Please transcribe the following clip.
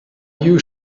you